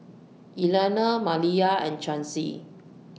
Elianna Maliyah and Chauncy